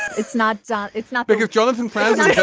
it's not not it's not because jonathan franzen so